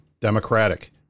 Democratic